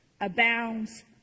abounds